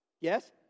Yes